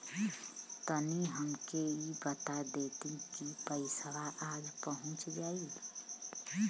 तनि हमके इ बता देती की पइसवा आज पहुँच जाई?